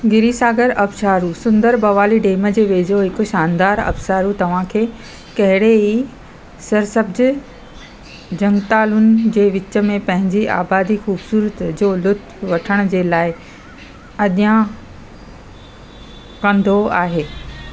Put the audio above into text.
गिरीसागर अबिशारु सुंदर भवाली डेम जे वेझो हिकु शानदारु अबिसारु तव्हांखे कहिड़े ही सरसब जे झंगतालुनि जे विच में पंहिंजे आबादी ख़ूबसूरत जो लुत्फ़ वठण जे लाइ अॻियां कंदो आहे